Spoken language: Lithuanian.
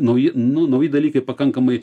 nauji nu nauji dalykai pakankamai